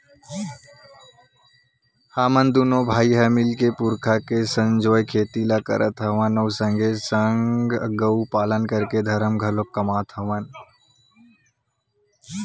हमन दूनो भाई ह बने मिलके पुरखा के संजोए खेती ल करत हवन अउ संगे संग गउ पालन करके धरम घलोक कमात हवन